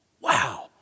wow